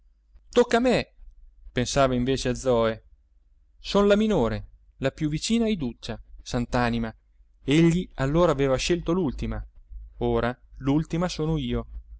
tocca a me pensava invece zoe son la minore la più vicina a iduccia sant'anima egli allora aveva scelto l'ultima ora l'ultima sono io